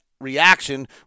reaction